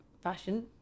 fashion